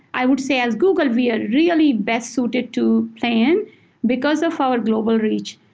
i would say, at google we are really best suited to play in because of our global reach,